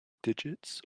digits